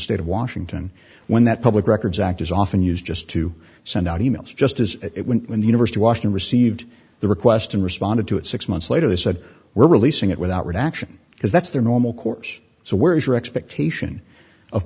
state of washington when that public records act is often used just to send out e mails just as it went in the universe to washington received the request and responded to it six months later they said we're releasing it without reaction because that's their normal course so where is your expectation of